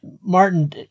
Martin